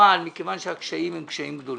אבל מכיוון שהקשיים הם קשיים גדולים,